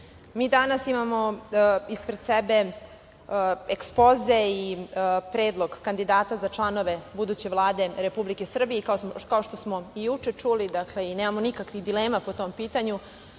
mi danas imamo ispred sebe ekspoze i predlog kandidata za članove buduće Vlade Republike Srbije i, kao što smo i juče čuli, nemamo nikakvih dilema po tom pitanju. Biće